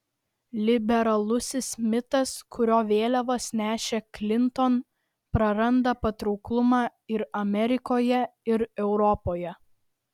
liberalusis mitas kurio vėliavas nešė klinton praranda patrauklumą ir amerikoje ir europoje